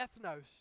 ethnos